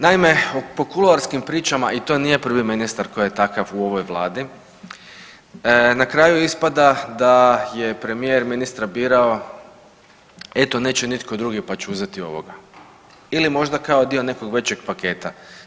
Naime, po kuloarskim pričama i to nije prvi ministar koji je takav u ovoj vladi na kraju ispada da je premijer ministra birao eto neće nitko drugi pa ću uzeti ovoga ili možda kao dio nekog većeg paketa.